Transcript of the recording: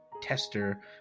tester